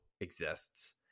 exists